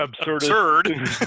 absurd